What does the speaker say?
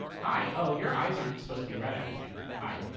hi. oh, your eyes aren't supposed to be red, i don't think. hi.